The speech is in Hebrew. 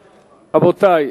רבותי,